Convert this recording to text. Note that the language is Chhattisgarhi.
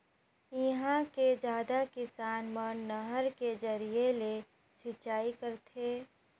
इहां के जादा किसान मन नहर के जरिए ले सिंचई करथे